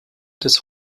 des